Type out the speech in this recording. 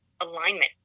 alignment